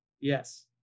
Yes